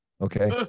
Okay